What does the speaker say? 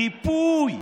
ריפוי.